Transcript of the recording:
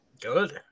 Good